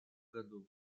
году